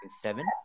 Seven